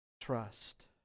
Trust